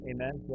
Amen